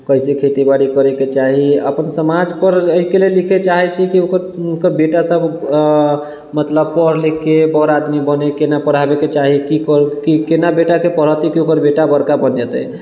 कइसे खेतीबाड़ी करेके चाही अपन समाजपर एहिके लेल लिखऽ चाहै छी कि ओकर बेटासब मतलब पढ़ि लिखिकऽ बड़ आदमी बनै कोना पढ़ाबैके चाही कि कोना बेटाके पढ़ेतै कि ओकर बेटा बड़का बनि जेतै